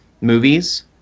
movies